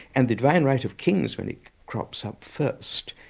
and the divine right of kings when it crops up first,